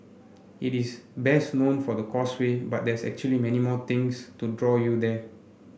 it is best known for the Causeway but there's actually many more things to draw you there